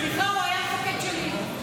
סליחה, הוא היה המפקד שלי.